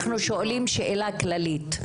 אנחנו שואלים שאלה כללית.